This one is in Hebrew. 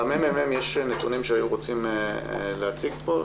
לממ"מ יש נתונים שהיו רוצים להציג פה?